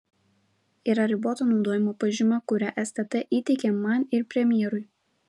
yra riboto naudojimo pažyma kurią stt įteikė man ir premjerui